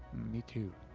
me too.